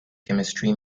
chemistry